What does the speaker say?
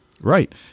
Right